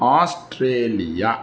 Australia